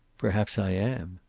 perhaps i am.